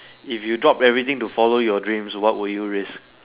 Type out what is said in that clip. if you drop everything to follow your dreams what will you risk